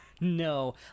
No